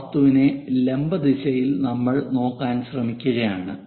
ആ വസ്തുവിന്റെ ലംബ ദിശയിൽ നമ്മൾ നോക്കാൻ ശ്രമിക്കുകയാണ്